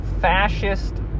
fascist